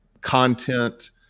content